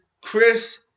Chris